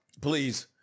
Please